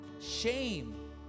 Shame